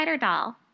Doll